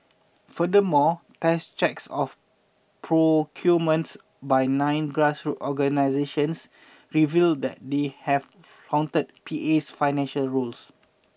furthermore test checks of procurement by nine grassroots organisations revealed that they have flouted P A's financial rules